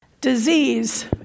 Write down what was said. Disease